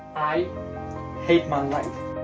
i hate my life